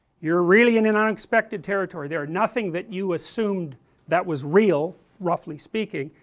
you're really in an unexpected territory there, nothing that you assumed that was real, roughly speaking,